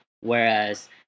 Whereas